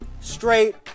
straight